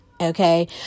okay